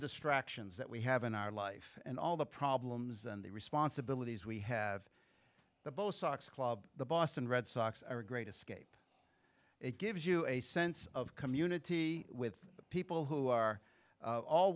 distractions that we have in our life and all the problems and the responsibilities we have the bo sox club the boston red sox are a great escape it gives you a sense of community with people who are